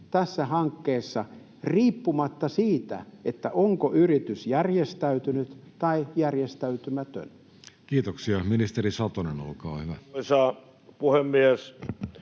tässä hankkeessa riippumatta siitä, onko yritys järjestäytynyt tai järjestäytymätön? Kiitoksia. — Ministeri Satonen, olkaa hyvä.